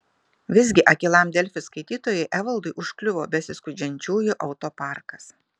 visgi akylam delfi skaitytojui evaldui užkliuvo besiskundžiančiųjų autoparkas